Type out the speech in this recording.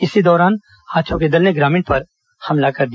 इसी दौरान हाथियों के दल ने ग्रामीण पर हमला कर दिया